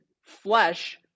flesh